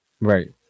Right